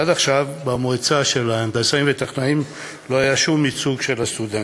ועד עכשיו במועצה של ההנדסאים והטכנאים לא היה שום ייצוג לסטודנטים.